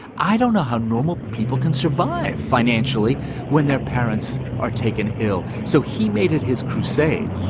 i don't know how normal people can survive financially when their parents are taken ill. so he made it his crusade.